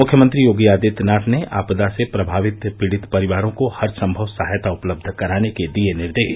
मुख्यमंत्री योगी आदित्यनाथ ने आपदा से प्रभावित पीड़ित परिवारों को हरसम्भव सहायता उपलब्ध कराने के दिए निर्देश